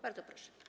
Bardzo proszę.